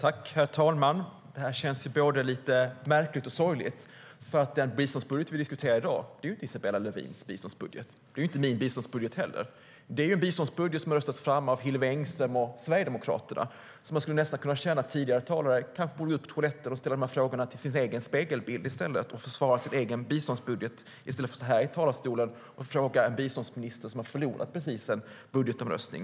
Herr talman! Detta känns både lite märkligt och sorgligt, eftersom den biståndsbudget som vi diskuterar i dag inte är Isabella Lövins biståndsbudget. Det är inte min biståndsbudget heller. Det är en biståndsbudget som har röstats fram av Hillevi Engström och Sverigedemokraterna. Man skulle nästan kunna tycka att tidigare talare borde ha gått ut på toaletten och ställt dessa frågor till sin egen spegelbild och försvarat sin egen biståndsbudget i stället för att stå här i talarstolen och ställa frågor till en biståndsminister som precis har förlorat en budgetomröstning.